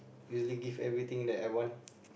really give everything that I want